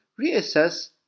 reassess